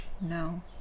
no